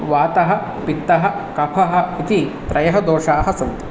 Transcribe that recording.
वातः पित्तः कफः इति त्रयः दोषाः सन्ति